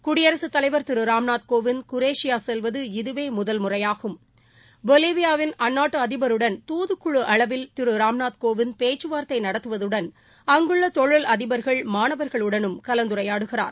குடியரசு தலைவர் திரு ராம்நாத் கோவிந்த் குரேஷிபா செல்வது இதவே முதல்முறையாகும் பொலியாவில் அந்நாட்டு அதிபருடன் துதுக்குழு அளவில் திரு ராம்நாத் கோவிந்த் பேச்சுவார்த்தை நடத்துவதுடன் அங்குள்ள தொழில் அதிபர்கள் மாணவர்களுடனும் கலந்துரையாடுகிறார்